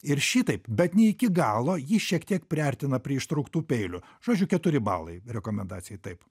ir šitaip bet ne iki galo jį šiek tiek priartina prie ištrauktų peilių žodžiu keturi balai rekomendacijai taip